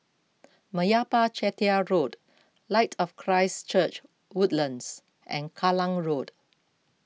Meyappa Chettiar Road Light of Christ Church Woodlands and Kallang Road